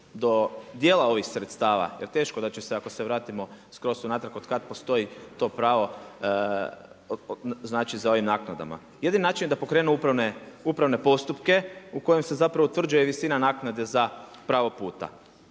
do dijela ovih sredstava, jer teško da će se ako se vratimo skroz unatrag od kada postoji to pravo za ovim naknadama. Jedini način je da pokrenu upravne postupke u kojima se utvrđuje visina naknade za pravo puta.